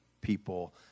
people